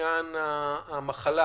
לעניין המחלה.